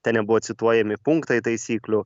ten nebuvo cituojami punktai taisyklių